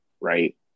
Right